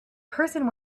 person